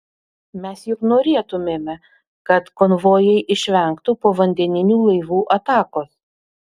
mes juk norėtumėme kad konvojai išvengtų povandeninių laivų atakos